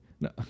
No